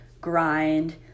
grind